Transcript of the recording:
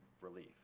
relief